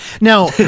Now